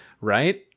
Right